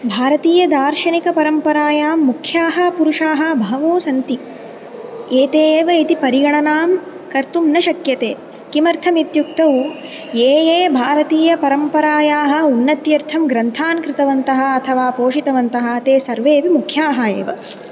भारतीयदार्शनिकपरम्परायां मुख्याः पुरुषाः बहवो सन्ति एते एव इति परिगणना कर्तुं न शक्यते किमर्थम् इत्युक्तौ ये ये भारतीयपरम्परायाः उन्नत्यर्थं ग्रन्थान् कृतवन्तः अथवा पोषितवन्तः ते सर्वेऽपि मुख्याः एव